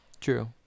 True